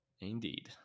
Indeed